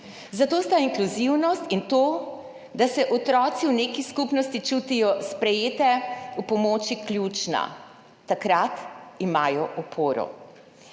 Zato sta inkluzivnost in to, da se otroci v neki skupnosti čutijo sprejete ob pomoči, ključna. Takrat imajo oporo.